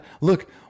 look